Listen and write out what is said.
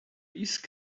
peace